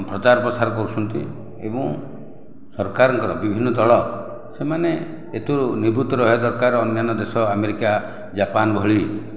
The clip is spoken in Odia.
ପ୍ରଚାର ପ୍ରସାର କରୁଛନ୍ତି ଏବଂ ସରକାରଙ୍କର ବିଭିନ୍ନ ଦଳ ସେମାନେ ଏଥିରୁ ନିବୃତ୍ତ ରହିବା ଦରକାର ଅନ୍ୟାନ୍ୟ ଦେଶ ଆମେରିକା ଜାପାନ ଭଳି